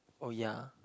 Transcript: oh ya